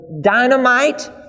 dynamite